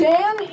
Dan